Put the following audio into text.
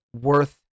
worth